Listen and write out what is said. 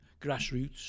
grassroots